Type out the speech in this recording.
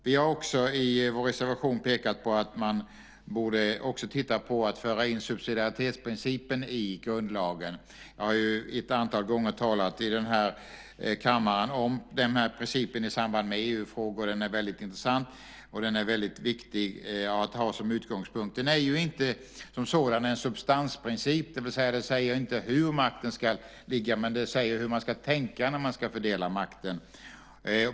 Vi har i vår reservation också pekat på att man borde titta på möjligheten att införa subsidiaritetsprincipen i grundlagen. Jag har ett antal gånger i den här kammaren talat om den principen i samband med EU-frågor. Den är väldigt intressant och viktig att ha som utgångspunkt. Den är inte som sådan en substansprincip, det vill säga att den inte säger hur makten ska ligga utan säger hur man ska tänka när man ska fördela makten.